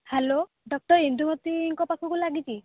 hello doctor ଇନ୍ଦୁମତୀଙ୍କ ପାଖକୁ ଲାଗିଛି